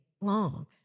long